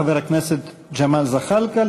חבר הכנסת ג'מאל זחאלקה,